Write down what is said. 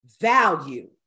value